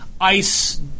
ICE